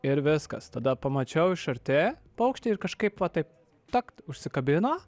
ir viskas tada pamačiau iš arti paukštį ir kažkaip va taip takt užsikabino